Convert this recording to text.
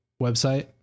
website